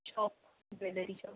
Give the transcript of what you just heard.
shop jewellery shop